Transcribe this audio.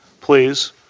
please